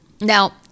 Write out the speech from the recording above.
Now